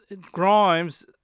Grimes